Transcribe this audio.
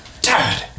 Dad